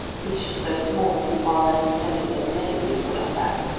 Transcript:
which though smaller and far less splendid than many we put up at,